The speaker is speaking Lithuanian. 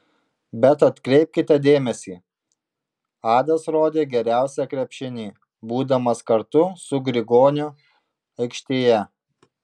bet atkreipkite dėmesį adas rodė geriausią krepšinį būdamas kartu su grigoniu aikštėje